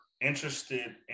interested